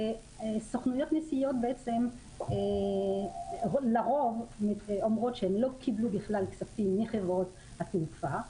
סוכנויות הנסיעות לרוב אומרות שהן לא קיבלו בכלל כספים מחברות התעופה,